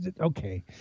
Okay